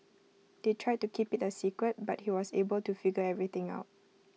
they tried to keep IT A secret but he was able to figure everything out